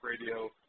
Radio